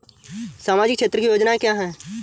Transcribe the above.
सामाजिक क्षेत्र की योजनाएँ क्या हैं?